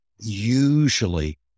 usually